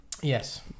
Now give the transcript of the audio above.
Yes